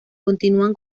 continúan